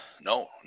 no